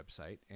website